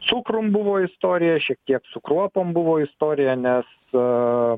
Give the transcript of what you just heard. cukrum buvo istorija šiek tiek su kruopom buvo istorija nes